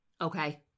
Okay